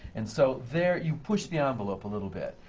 and so there, you push the envelope a little bit.